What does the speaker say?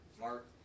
Mark